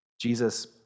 Jesus